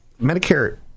Medicare